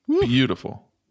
Beautiful